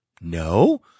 No